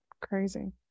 crazy